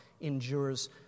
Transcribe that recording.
endures